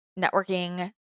networking